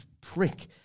prick